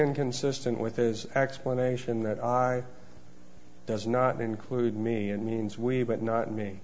inconsistent with is explanation that i does not include me and means we would not me